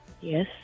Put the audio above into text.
Yes